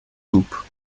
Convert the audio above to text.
coup